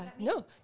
no